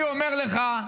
אני אומר לך,